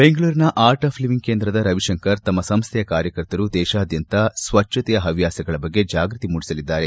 ಬೆಂಗಳೂರಿನ art of living ಕೇಂದ್ರದ ರವಿಶಂಕರ್ ತಮ್ಮ ಸಂಸ್ಥೆಯ ಕಾರ್ಯಕರ್ತರು ದೇಶಾದ್ಯಂತ ಸ್ವಚ್ಛತೆಯ ಹವ್ಯಾಸಗಳ ಬಗ್ಗೆ ಜಾಗೃತಿ ಮೂಡಿಸಲಿದ್ದಾರೆ